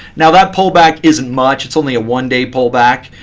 now that pullback isn't much, it's only a one day pullback,